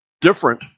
different